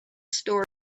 story